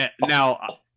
now